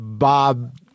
Bob